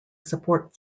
support